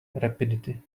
rapidity